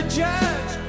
judge